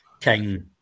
King